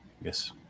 Yes